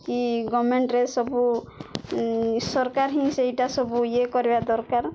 କି ଗମେଣ୍ଟରେ ସବୁ ସରକାର ହିଁ ସେଇଟା ସବୁ ଇଏ କରିବା ଦରକାର